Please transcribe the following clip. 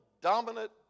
dominant